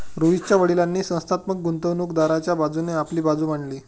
रोहितच्या वडीलांनी संस्थात्मक गुंतवणूकदाराच्या बाजूने आपली बाजू मांडली